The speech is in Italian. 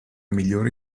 migliori